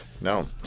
No